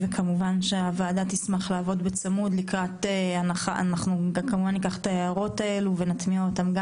הוועדה תיקח את ההערות האלה ותטמיע אותן.